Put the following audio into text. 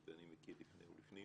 היות ואני מכיר לפני ולפנים